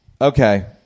Okay